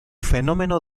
fenómeno